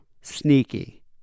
Sneaky